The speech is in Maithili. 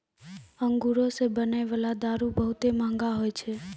अंगूरो से बनै बाला दारू बहुते मंहगा होय छै